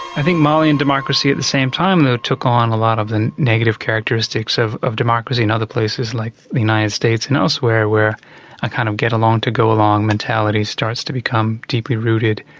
i think malian democracy at the same time, though, took on a lot of the negative characteristics of of democracy in other places, like the united states and elsewhere, where a kind of get along to go along mentality starts to become deeply rooted,